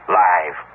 live